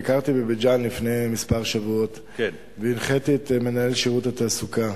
ביקרתי בבית-ג'ן לפני כמה שבועות והנחיתי את מנהל שירות התעסוקה